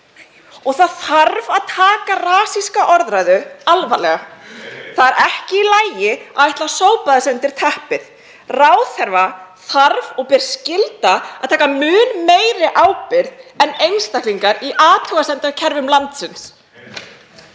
Það þarf að taka rasíska orðræðu alvarlega. Það er ekki í lagi að ætla að sópa þessu undir teppið. Ráðherra þarf og ber skylda til að taka mun meiri ábyrgð en einstaklingar í athugasemdakerfum landsins.